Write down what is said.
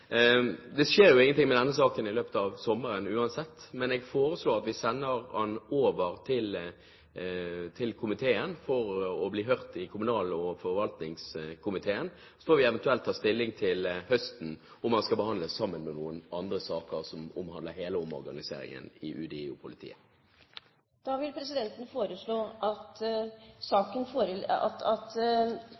Det skjer uansett ingenting i denne saken i løpet av sommeren, men jeg foreslår at vi sender den til kommunal- og forvaltningskomiteen, og så får vi til høsten eventuelt ta stilling til om den skal behandles sammen med andre saker som omhandler hele omorganiseringen i UDI og i politiet. Presidenten foreslår at referatsak nr. 418 oversendes til justiskomiteen, som forelegger sitt utkast til innstilling for